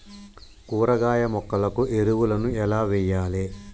కూరగాయ మొక్కలకు ఎరువులను ఎలా వెయ్యాలే?